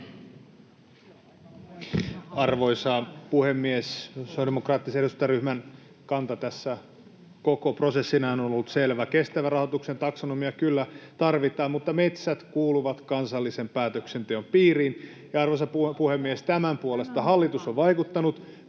Arvoisa puhemies! Sosiaalidemokraattisen eduskuntaryhmän kanta tässä koko prosessin ajan on ollut selvä. Kestävän rahoituksen taksonomia kyllä tarvitaan, mutta metsät kuuluvat kansallisen päätöksenteon piiriin, ja, arvoisa puhemies, tämän puolesta hallitus on vaikuttanut.